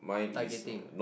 targeting